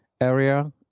area